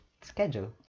schedule